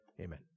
amen